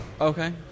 Okay